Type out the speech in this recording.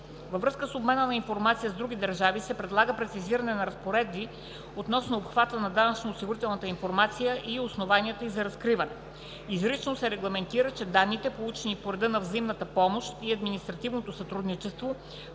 Във връзка с обмена на информация с други държави се предлага прецизиране на разпоредби относно обхвата на данъчно- осигурителната информация и основанията за разкриването й. Изрично се регламентира, че данните, получени по реда на взаимната помощ и административното сътрудничество,